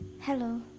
Hello